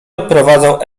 odprowadzał